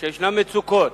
כשיש מצוקות,